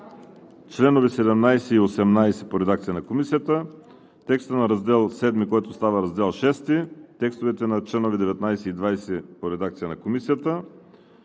членове 17 и 18 в редакция на Комисията; текста на Раздел VII, който става Раздел VI; текстовете на членове 19 и 20 в редакция на Комисията;